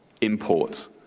import